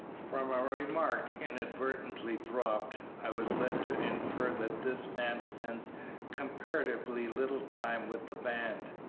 from a remark inadvertently dropped, i was led to infer that this man spends comparatively little time with the band.